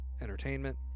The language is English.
entertainment